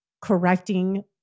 correcting